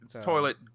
toilet